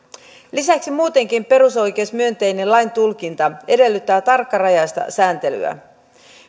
lisäksi muutenkin perusoikeusmyönteinen laintulkinta edellyttää tarkkarajaista sääntelyä